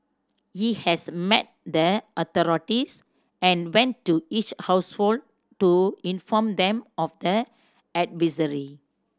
he has met the authorities and went to each household to inform them of the advisory